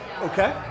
Okay